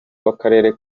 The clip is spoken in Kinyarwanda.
w’akarere